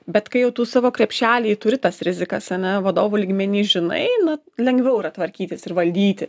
bet kai jau tu savo krepšely turi tas rizikas ane vadovų lygmeny žinai na lengviau yra tvarkytis ir valdyti